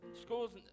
schools